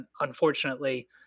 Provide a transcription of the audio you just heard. unfortunately